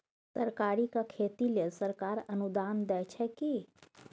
तरकारीक खेती लेल सरकार अनुदान दै छै की?